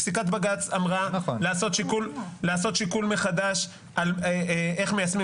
פסיקת בג"ץ אמרה לעשות שיקול מחדש איך מיישמים